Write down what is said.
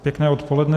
Pěkné odpoledne.